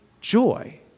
joy